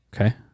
Okay